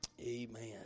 Amen